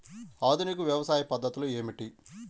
ఆధునిక వ్యవసాయ పద్ధతులు ఏమిటి?